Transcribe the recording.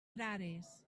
frares